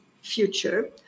future